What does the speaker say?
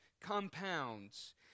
compounds